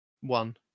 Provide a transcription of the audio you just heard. One